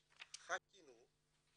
חיכינו,